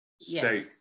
state